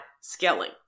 scaling